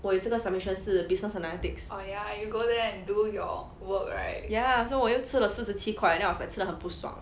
我有这个 submission 是 business analytics ya so 我又吃了四十七块 then I was like 吃得很不爽